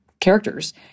characters